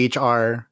HR